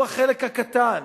הוא החלק הקטן.